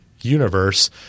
universe